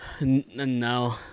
No